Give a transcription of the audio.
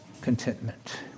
contentment